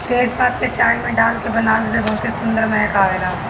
तेजपात के चाय में डाल के बनावे से बहुते सुंदर महक आवेला